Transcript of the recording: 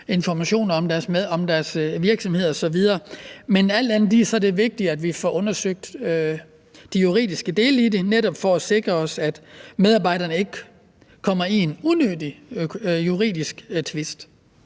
informationer om deres virksomhed osv. Men alt andet lige er det vigtigt, at vi får undersøgt de juridiske dele i det, netop for at sikre os, at medarbejderne ikke kommer i en unødig juridisk tvist.